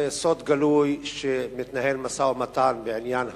זה סוד גלוי שמתנהל משא-ומתן בעניין האסירות,